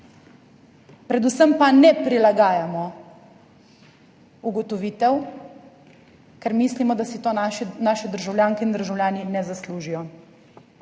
Predvsem pa ne prilagajamo ugotovitev, ker mislimo, da si tega naše državljanke in državljani ne zaslužijo.